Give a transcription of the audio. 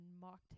mocked